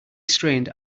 strained